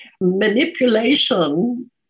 manipulation